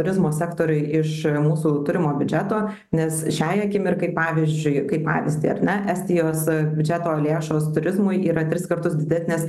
turizmo sektoriui iš mūsų turimo biudžeto nes šiai akimirkai pavyzdžiui kaip pavyzdį ar ne estijos biudžeto lėšos turizmui yra tris kartus didesnės